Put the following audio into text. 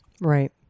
Right